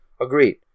Agreed